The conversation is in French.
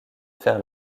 faire